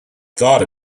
thought